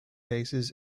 bases